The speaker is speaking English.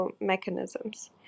mechanisms